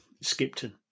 Skipton